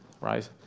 right